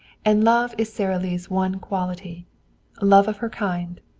and love is sara lee's one quality love of her kind,